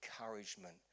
encouragement